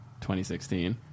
2016